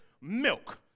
Milk